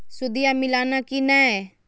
सुदिया मिलाना की नय?